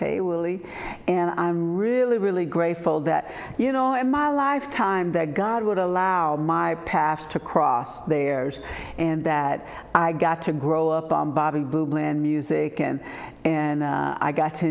hey willie and i'm really really grateful that you know in my lifetime that god would allow my past to cross there and that i got to grow up on bobby blue bland music and and i got to